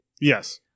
Yes